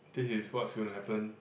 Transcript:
this is what's gonna happen